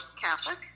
Catholic